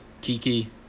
Kiki